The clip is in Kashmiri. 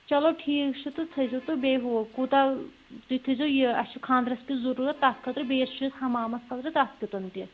چَلو ٹھیٖک چھِ تہٕ تھٲے زیو تہٕ بیٚیہِ ہُہ کوٗتاہ تُہۍ تھٲے زیو یہِ اَسہِ چھُ خاندرَس کیُٚتھ ضروٗرَت تَتھ خٲطرٕ بیٚیِس چھِ ہَمامَس خٲطرٕ تَتھ کیُٚتَن تہِ